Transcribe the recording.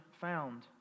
found